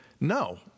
No